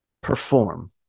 perform